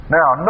now